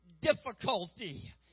difficulty